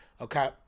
Okay